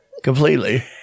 Completely